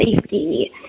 safety